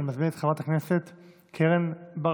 אני מזמין את חברת הכנסת קרן ברק.